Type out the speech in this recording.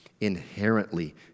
Inherently